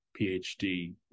PhD